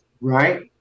Right